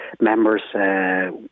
members